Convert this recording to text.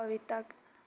पपीता